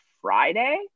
Friday